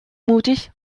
mutig